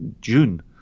June